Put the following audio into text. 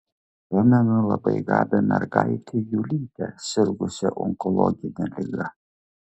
pamenu labai gabią mergaitę julytę sirgusią onkologine liga